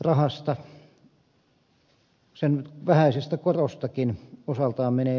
rahasta sen vähäisestä korostakin osaltaan menee veroon